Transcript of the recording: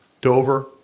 Dover